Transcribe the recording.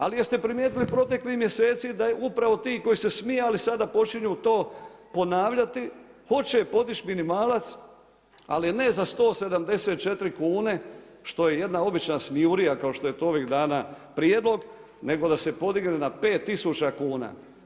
Ali jeste primijetili proteklih mjeseci da su upravo ti koji su se smijali sada počinju to ponavljati, hoće podići minimalac, ali ne za 174 kune što je jedna obična smijurija kao što je to ovih dana prijedlog nego da se podigne na pet tisuća kuna.